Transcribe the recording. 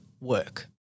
work